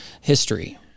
history